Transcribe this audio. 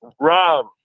Rob